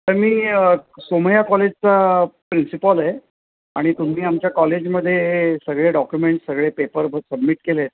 तर मी सोमय्या कॉलेजचा प्रिन्सिपॉल आहे आणि तुम्ही आमच्या कॉलेजमध्ये सगळे डॉक्युमेंटस सगळे पेपर सबमिट केले आहेत